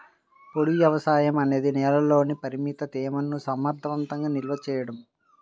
పొడి వ్యవసాయం అనేది నేలలోని పరిమిత తేమను సమర్థవంతంగా నిల్వ చేయడం